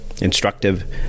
instructive